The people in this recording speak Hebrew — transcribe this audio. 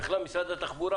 ומשרד התחבורה